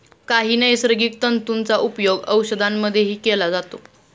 काही नैसर्गिक तंतूंचा उपयोग औषधांमध्येही केला जातो